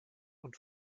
und